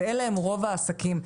ואלה הם רוב העסקים.